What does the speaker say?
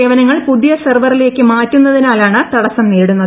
സേവനങ്ങൾ പുതിയ സെർവറിലേക്ക് മാറ്റുന്നതിനാലാണ് തടസം നേരിടുന്നത്